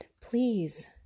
please